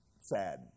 sad